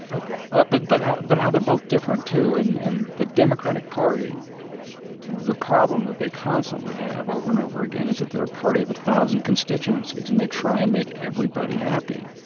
ah ah but but but how they're both different, too. and and the democratic party the problem that they constantly have over and over again is that they're a party of a thousand constituencies, and they try and make everybody happy.